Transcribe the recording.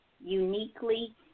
uniquely